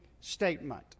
statement